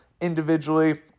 individually